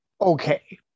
okay